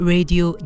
Radio